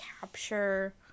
capture